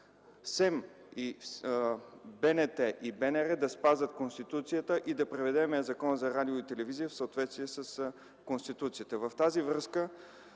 СЕМ, БНТ и БНР да спазват Конституцията и да приведем Закона за радиото и телевизията в съответствие с Конституцията.